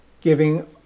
giving